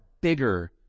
bigger